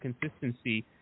consistency